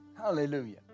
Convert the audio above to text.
Hallelujah